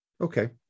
Okay